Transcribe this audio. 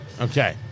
Okay